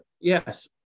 yes